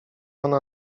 ona